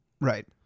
Right